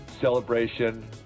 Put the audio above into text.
celebration